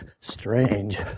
strange